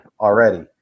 already